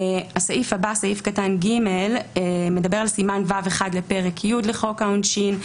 סעיף קטן (ג) מדבר על סימן ו'1 לפרק י' לחוק העונשין.